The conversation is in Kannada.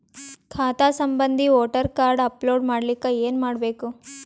ಖಾತಾ ಸಂಬಂಧಿ ವೋಟರ ಕಾರ್ಡ್ ಅಪ್ಲೋಡ್ ಮಾಡಲಿಕ್ಕೆ ಏನ ಮಾಡಬೇಕು?